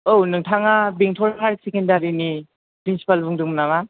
औ नोंथाङा बेंथल हाइयार सेकेण्डारिनि प्रिनसिपाल बुंदोंमोन नामा